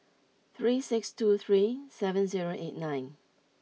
three six two three seven zero eight nine